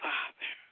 Father